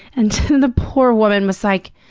and the poor woman was like,